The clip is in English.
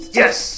yes